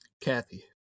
Kathy